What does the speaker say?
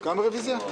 גם רביזיה?